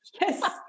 yes